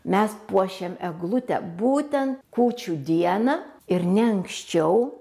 mes puošiam eglutę būtent kūčių dieną ir ne anksčiau